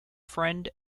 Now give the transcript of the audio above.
friend